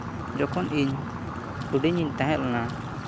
ᱡᱚᱠᱷᱚᱱ ᱤᱧ ᱦᱩᱰᱤᱧᱤᱧ ᱛᱟᱦᱮᱸ ᱞᱮᱱᱟ